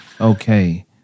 Okay